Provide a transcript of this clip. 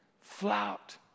flout